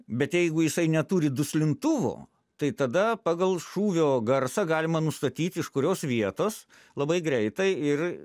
bet jeigu jisai neturi duslintuvo tai tada pagal šūvio garsą galima nustatyt iš kurios vietos labai greitai ir